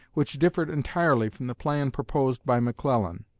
which differed entirely from the plan proposed by mcclellan.